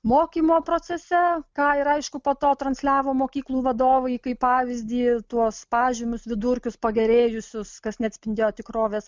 mokymo procese ką ir aišku po to transliavo mokyklų vadovai kaip pavyzdį tuos pažymius vidurkius pagerėjusius kas neatspindėjo tikrovės